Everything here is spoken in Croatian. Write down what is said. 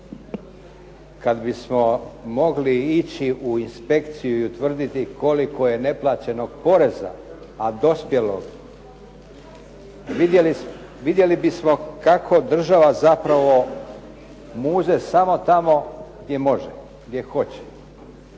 Kad bismo mogli ići u inspekciju i utvrditi koliko je neplaćenog poreza, a dospjelog vidjeli bismo kako država zapravo muze samo tamo gdje može, gdje hoće.